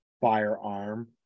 firearm